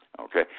okay